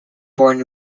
born